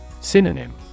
Synonym